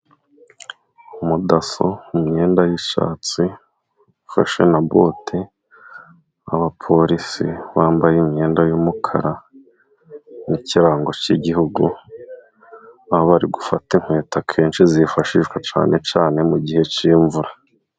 Umudaso mu myenda y'icyatsi ufashe na bote, abapolisi bambaye imyenda y'umukara n'ikirango cy'igihugu, aho bari gufata inkweto akenshi zifashishwa cyane cyane mu mugihe cy'imvura.